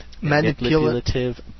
manipulative